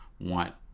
want